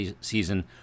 season